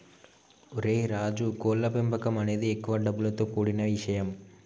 ఓరై రాజు కోళ్ల పెంపకం అనేది ఎక్కువ డబ్బులతో కూడిన ఇషయం